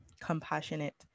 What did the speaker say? compassionate